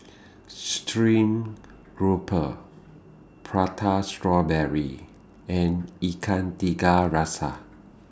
Stream Grouper Prata Strawberry and Ikan Tiga Rasa